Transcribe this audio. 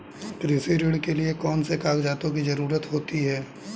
कृषि ऋण के लिऐ कौन से कागजातों की जरूरत होती है?